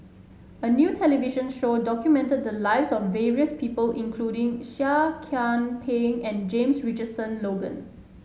a new television show documented the lives of various people including Seah Kian Peng and James Richardson Logan